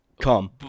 Come